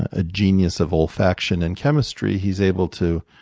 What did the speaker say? ah genius of olfaction and chemistry, he's able to